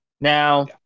Now